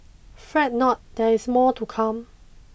fret not there is more to come